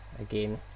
again